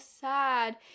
sad